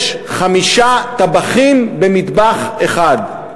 יש חמישה טבחים במטבח אחד.